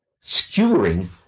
skewering